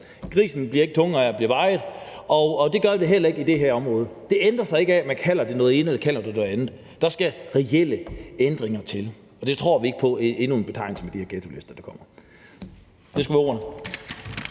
bliver grisen ikke tungere af at blive vejet, og det gør den heller ikke på det her område. Det ændrer sig ikke af, at man kalder det det ene eller kalder det det andet. Der skal reelle ændringer til, og det tror vi ikke på kommer med endnu en betegnelse, nemlig de her ghettolister. Det skulle